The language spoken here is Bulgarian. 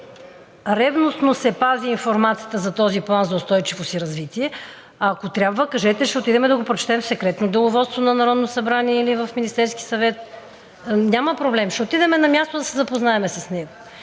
ревностно се пази информацията за този План за устойчивост и развитие, ако трябва, кажете, ще отидем да го прочетем в секретното Деловодство на Народното събрание или в Министерския съвет – няма проблем, ще отидем и на място ще се запознаем с него.